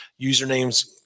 usernames